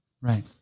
Right